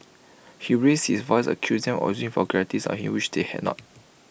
he raised his voice and accused them of using vulgarities on him which they had not